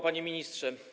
Panie Ministrze!